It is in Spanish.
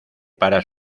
para